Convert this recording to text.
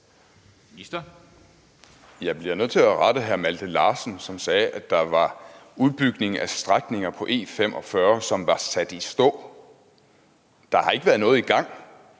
Jeg bliver nødt til at rette hr. Malte Larsen, som sagde, at der var udbygning af strækninger på E45, som var sat i stå. Der har ikke været noget i gang,